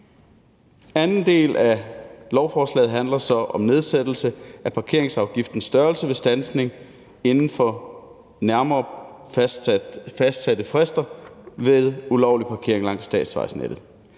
Anden del af lovforslaget handler så om nedsættelse af parkeringsafgiftens størrelse ved standsning inden for nærmere fastsatte frister ved ulovlig parkering langs statsvejnettet.